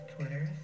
Twitter